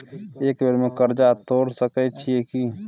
एक बेर में कर्जा तोर सके छियै की?